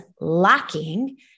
lacking